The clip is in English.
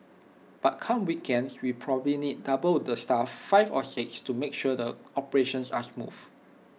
but come weekends we probably need double the staff five or six to make sure the operations are smooth